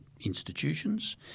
institutions